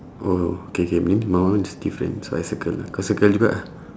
oh K K means my one is different so I circle ah kau cicle juga ah